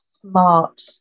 smart